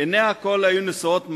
עיני הכול היו נשואות מעלה-מעלה,